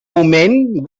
moment